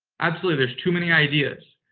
absolutely. there's too many ideas.